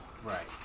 right